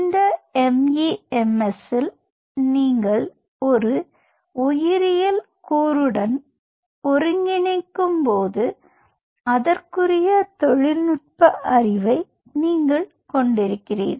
இந்த MEMS இல் நீங்கள் ஒரு உயிரியல் கூறுடன் ஒருங்கிணைக்கும்போது அதற்குரிய தொழில்நுட்ப அறிவை நீங்கள் கொண்டிருக்கிறீர்கள்